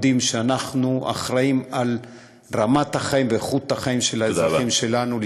יודעים שאנחנו אחראים לרמת החיים ואיכות החיים של האזרחים שלנו.